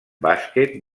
bàsquet